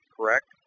correct